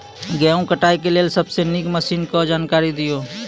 गेहूँ कटाई के लेल सबसे नीक मसीनऽक जानकारी दियो?